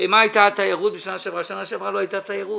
מה הייתה התיירות בשנה שעברה אבל בשנה שעברה לא הייתה תיירות.